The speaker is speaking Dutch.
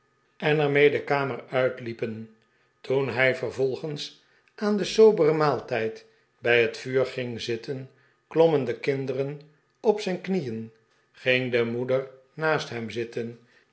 en ermee de kamer uitliepen toen hij vervolgens aan den soberen maaltijd bij het vuur ging zitten klommen de kinderen op zijn knieen ging de moeder naast hem zitten